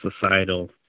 societal